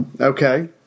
Okay